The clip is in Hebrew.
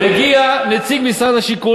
מגיע נציג משרד השיכון,